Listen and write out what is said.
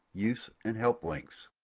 use and help links.